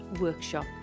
workshop